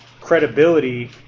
credibility